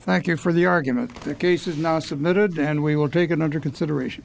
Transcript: thank you for the argument the case is now submitted and we will take it under consideration